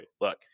Look